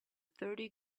thirty